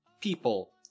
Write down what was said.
people